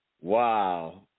wow